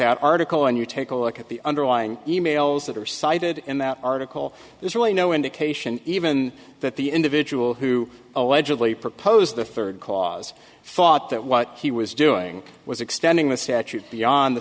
that article and you take a look at the underlying e mails that are cited in that article there's really no indication even that the individual who allegedly proposed the third cause thought that what he was doing was extending the statute beyond the